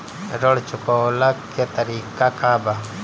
ऋण चुकव्ला के तरीका का बा?